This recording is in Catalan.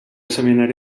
seminari